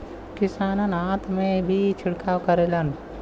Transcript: किसान हाथ से भी छिड़काव करेलन